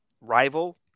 rival